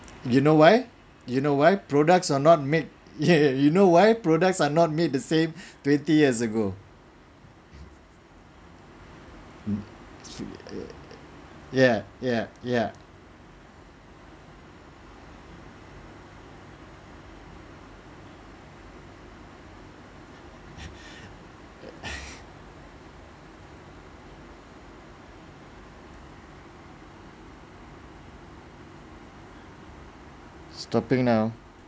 you know why you know why products are not made yeah you know why products are not made the same twenty years ago ya ya ya stopping now